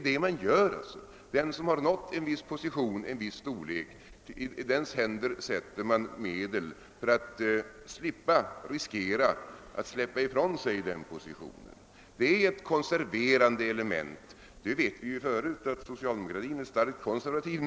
Den som har nått en viss position får medel för att slippa riskera att förlora den positionen. Detta är ett konserverande element. Vi vet redan förut att socialdemokraterna numera är starkt konservativa.